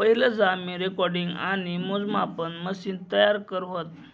पहिलं जमीन रेकॉर्डिंग आणि मोजमापन मशिन तयार करं व्हतं